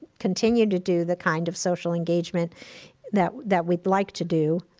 continue to do the kind of social engagement that that we'd like to do,